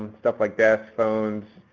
stuff like desks, phones,